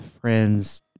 friends